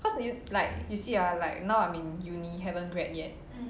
cause you like you see ah like now I'm in uni haven't grad yet